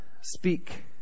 speak